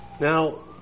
Now